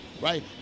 right